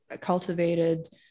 cultivated